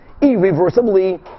irreversibly